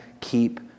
keep